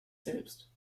selbst